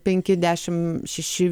penki dešimt šeši